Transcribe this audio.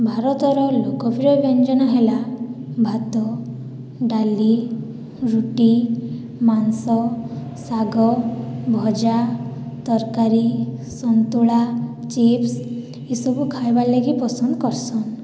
ଭାରତର ଲୋକ ପ୍ରିୟ ବ୍ୟଞ୍ଜନ ହେଲା ଭାତ ଡାଲି ରୁଟି ମାଂସ ଶାଗ ଭଜା ତରକାରୀ ସନ୍ତୁଳା ଚିପ୍ସ ଏସବୁ ଖାଇବାର୍ ଲାଗି ପସନ୍ଦ କରିଛନ୍